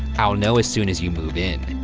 i'll know as soon as you move in.